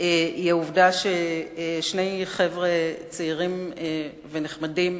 היא העובדה ששני חבר'ה צעירים ונחמדים,